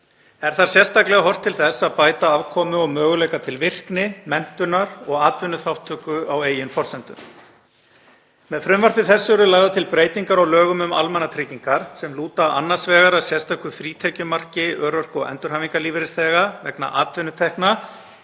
Er þar sérstaklega horft til þess að bæta afkomu og möguleika til virkni, menntunar og atvinnuþátttöku á eigin forsendum. Með frumvarpi þessu eru lagðar til breytingar á lögum um almannatryggingar sem lúta annars vegar að sérstöku frítekjumarki örorku- og endurhæfingarlífeyrisþega vegna atvinnutekna